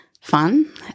fun